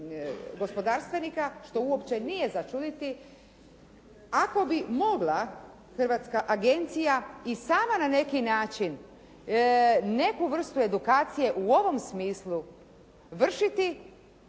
gospodarstvenika, što uopće nije za čuditi, ako bi mogla Hrvatska agencija i sama na neki način neku vrstu edukacije u ovom smislu vršiti,